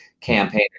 campaign